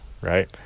Right